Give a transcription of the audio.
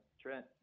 Trent